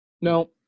no